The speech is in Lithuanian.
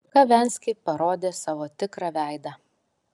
kavenski parodė savo tikrą veidą